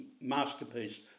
masterpiece